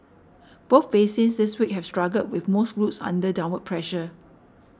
both basins this week have struggled with most routes under downward pressure